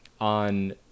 on